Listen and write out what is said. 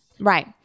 Right